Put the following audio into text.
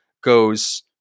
goes